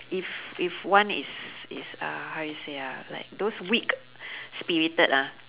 if if one is is uh how you say ah like those weak spirited ah